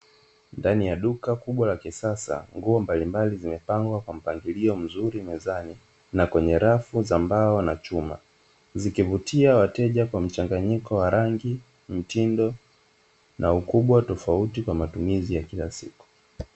Ndani ya duka kubwa la kisasa nguo mbalimbali zimepangwa kwa mpangilio mzuri mezani kwenye rafu za mbao la chuma zikivutia wateja kwa mchanganyiko wa rangi, mtindo na ukubwa tofauti ya matumizi ya kila siku.